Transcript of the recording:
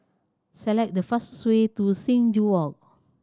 select the fastest way to Sing Joo Walk